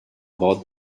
both